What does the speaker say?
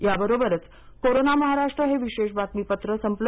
याबरोबरच कोरोना महाराष्ट्र हे विशेष बातमीपत्र संपलं